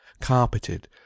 carpeted